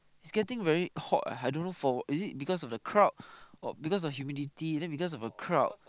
is getting very hot I don't for what is it because of the crowd of is it because of humidity then because of the crowd